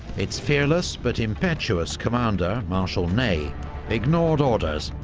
its fearless but impetuous commander marshal ney ignored orders,